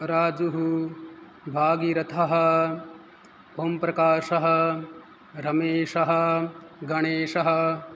राजुः भागीरथः ओम्प्रकाशः रमेशः गणेशः